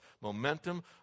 momentum